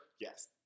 yes